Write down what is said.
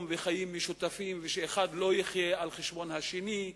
וחיים משותפים ואחד לא יחיה על-חשבון השני,